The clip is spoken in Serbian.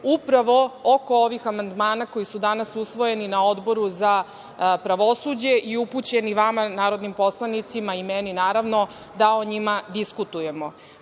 upravo oko ovih amandmana koji su danas usvojeni na Odboru za pravosuđe i upućeni vama, narodnim poslanicima i meni naravno, da o njima diskutujemo. Takođe,